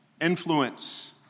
influence